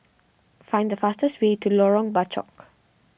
find the fastest way to Lorong Bachok